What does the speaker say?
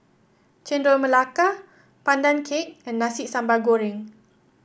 Chendol Melaka Pandan Cake and Nasi Sambal Goreng